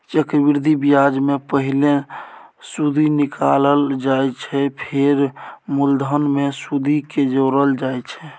चक्रबृद्धि ब्याजमे पहिने सुदि निकालल जाइ छै फेर मुलधन मे सुदि केँ जोरल जाइ छै